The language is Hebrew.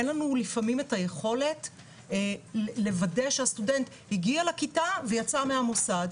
אין לנו לפעמים את היכולת לוודא שהסטודנט הגיע לכיתה ויצא מהמוסד,